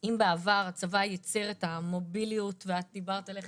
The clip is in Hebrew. בעבר הצבא ייצר את המוביליות ואת דיברת על איך